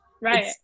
Right